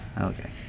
Okay